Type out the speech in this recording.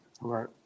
Right